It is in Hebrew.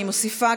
אני מוסיפה: